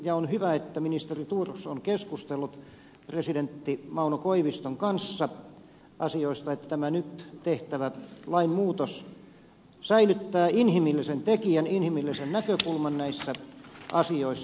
ja on hyvä että ministeri thors on keskustellut presidentti mauno koiviston kanssa asioista että tämä nyt tehtävä lainmuutos säilyttää inhimillisen tekijän inhimillisen näkökulman näissä asioissa